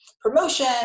promotion